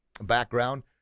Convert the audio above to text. background